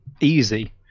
easy